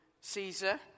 Caesar